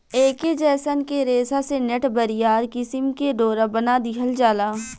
ऐके जयसन के रेशा से नेट, बरियार किसिम के डोरा बना दिहल जाला